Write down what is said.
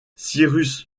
cyrus